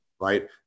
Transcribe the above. right